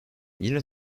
yine